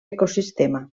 ecosistema